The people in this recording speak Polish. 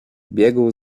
biegł